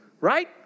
Right